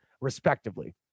respectively